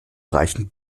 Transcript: reichen